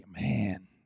Man